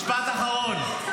משפט אחרון, בבקשה.